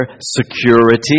security